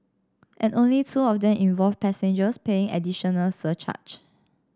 and only two of them involved passengers paying additional surge charge